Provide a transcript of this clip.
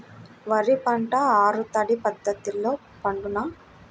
వరి పంట ఆరు తడి పద్ధతిలో పండునా?